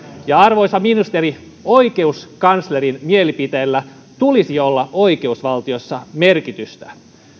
ja arvoisa ministeri oikeuskanslerin mielipiteellä tulisi olla oikeusvaltiossa merkitystä